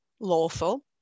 lawful